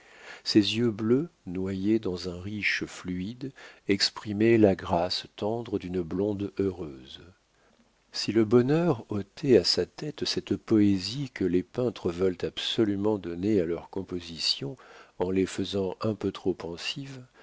ses yeux bleus noyés dans un riche fluide exprimaient la grâce tendre d'une blonde heureuse si le bonheur ôtait à sa tête cette poésie que les peintres veulent absolument donner à leurs compositions en les faisant un peu trop pensives